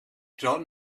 john